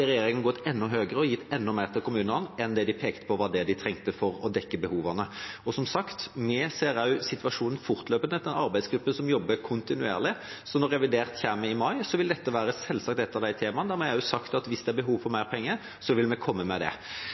gitt enda mer til kommunene enn det de pekte på var det de trengte for å dekke behovene. Som sagt ser vi også situasjonen an fortløpende – dette er en arbeidsgruppe som jobber kontinuerlig, og når revidert kommer i mai, vil dette selvsagt være et av de temaene der vi har sagt at hvis det er behov for mer penger, vil vi komme med det.